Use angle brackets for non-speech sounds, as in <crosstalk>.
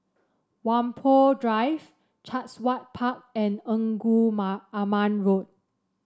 Whampoa Drive Chatsworth Park and Engku <unintelligible> Aman Road